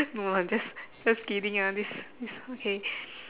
no lah just just kidding ah this this okay